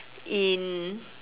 in